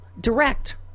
direct